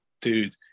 Dude